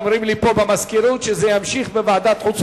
אומרים לי פה מהמזכירות שזה יימשך בוועדת החוץ